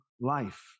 life